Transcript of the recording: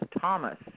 Thomas